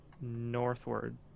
northward